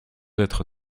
être